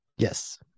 Yes